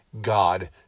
God